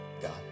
God